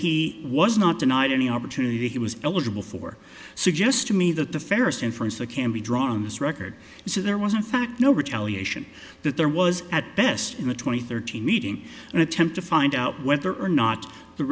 he was not denied any opportunity he was eligible for suggests to me that the fairest inference that can be drawn his record so there was a fact no retaliation that there was at best in a twenty thirty meeting an attempt to find out whether or not the